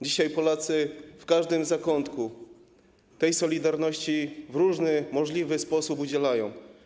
Dzisiaj Polacy w każdym zakątku tę solidarność w różny możliwy sposób okazują.